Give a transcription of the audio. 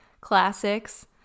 Classics